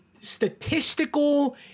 statistical